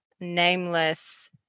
nameless